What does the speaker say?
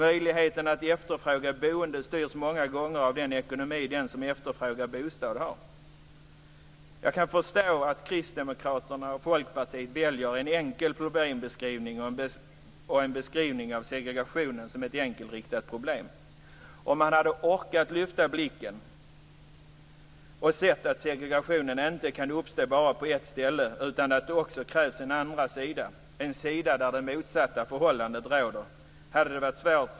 Möjligheten att efterfråga ett boende styrs många gånger av den ekonomi som den som efterfrågar en bostad har. Jag kan förstå att Kristdemokraterna och Folkpartiet väljer en enkel problembeskrivning och en beskrivning av segregationen som ett enkelriktat problem.